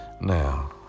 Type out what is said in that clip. Now